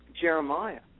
Jeremiah